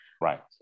Right